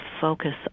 focus